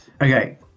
okay